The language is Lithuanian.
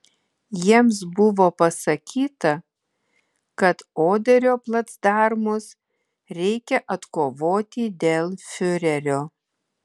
jiems buvo pasakyta kad oderio placdarmus reikia atkovoti dėl fiurerio